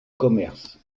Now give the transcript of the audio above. commerce